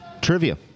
trivia